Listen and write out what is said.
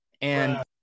and-